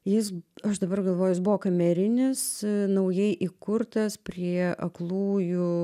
jis aš dabar galvoju jis buvo kamerinis naujai įkurtas prie aklųjų